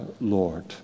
Lord